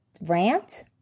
rant